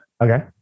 Okay